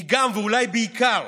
היא גם, ואולי בעיקר,